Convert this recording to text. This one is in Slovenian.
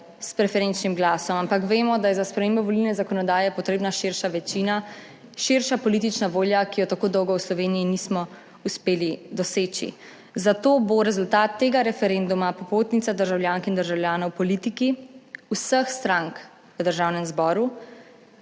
s preferenčnim glasom, ampak vemo, da je za spremembo volilne zakonodaje potrebna širša večina, širša politična volja, ki je tako dolgo v Sloveniji nismo uspeli doseči, zato bo rezultat tega referenduma popotnica državljank in državljanov v politiki vseh strank v Državnem zboru